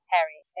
Harry